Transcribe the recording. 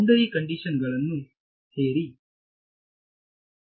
boundary condition ಗಳನ್ನು ಹಾಕಿರಿ